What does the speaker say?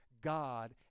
God